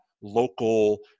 local